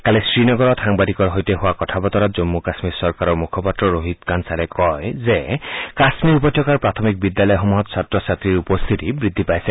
কালি শ্ৰীনগৰত সাংবাদিকৰ সৈতে হোৱা কথা বতৰতা জম্মু কাশ্মীৰ চৰকাৰৰ মুখপাত্ৰ ৰোহিত কাঞ্চালে কয় যে কাশ্মীৰ উপত্যকাৰ প্ৰাথমিক বিদ্যালয়সমূহত ছাত্ৰ ছাত্ৰীৰ উপস্থিতি বৃদ্ধি পাইছে